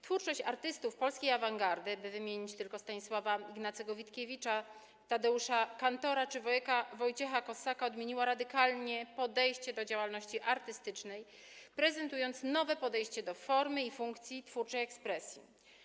Twórczość artystów polskiej awangardy, by wymienić tylko Stanisława Ignacego Witkiewicza, Tadeusza Kantora czy Wojciecha Kossaka, odmieniła radykalnie podejście do działalności artystycznej, prezentując nowe podejście do formy i funkcji twórczej ekspresji.